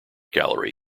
gallery